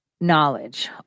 knowledge